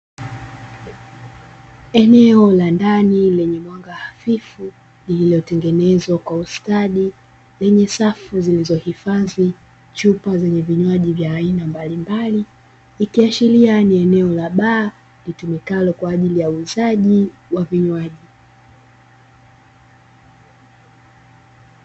Eneo la ndani lenye mwanga hafifu lililotengenezwa kwa ustadi lenye safu zilizohifadhi chupa za vinywaji mbalimbali, ikiashiria ni eneo la baa litumikalo kwa ajili ya uuzaji wa vinywaji.